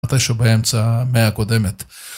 מתישהו באמצע המאה הקודמת